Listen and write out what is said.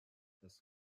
has